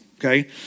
okay